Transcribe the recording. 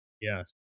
yes